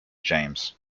james